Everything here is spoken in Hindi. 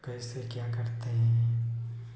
तो ऐसे क्या करते हैं